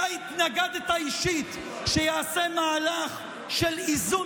אתה התנגדת אישית שייעשה מהלך של איזון